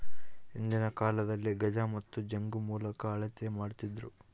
ಹಿಂದಿನ ಕಾಲದಲ್ಲಿ ಗಜ ಮತ್ತು ಜಂಗು ಮೂಲಕ ಅಳತೆ ಮಾಡ್ತಿದ್ದರು